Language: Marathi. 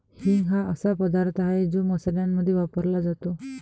हिंग हा असा पदार्थ आहे जो मसाल्यांमध्ये वापरला जातो